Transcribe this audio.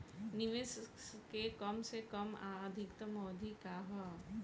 निवेश के कम से कम आ अधिकतम अवधि का है?